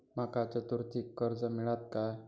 माका चतुर्थीक कर्ज मेळात काय?